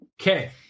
Okay